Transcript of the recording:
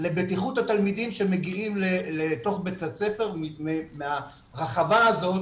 לבטיחות התלמידים שמגיעים לתוך בית הספר מהרחבה הזאת